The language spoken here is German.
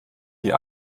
die